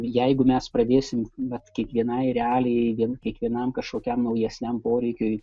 jeigu mes pradėsim vat kiekvienai realiai vien kiekvienam kažkokiam naujesniam poreikiui